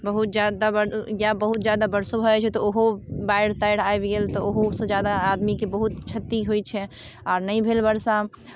बहुत ज्यादा या बहुत ज्यादा वर्षो भऽ जाइ छै तऽ ओहो बाढ़ि ताढ़ि आबि गेल तऽ ओहोसँ ज्यादा आदमीके बहुत क्षति होइत छै आ नहि भेल वर्षा